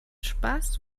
spaß